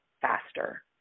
faster